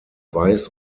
weiß